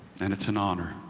and it's an on